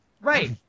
right